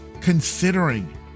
considering